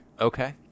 Okay